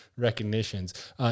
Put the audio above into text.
Recognitions